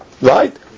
right